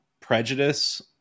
prejudice